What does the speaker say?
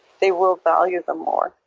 they will value them more.